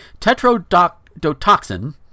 tetrodotoxin